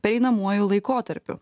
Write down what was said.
pereinamuoju laikotarpiu